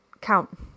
count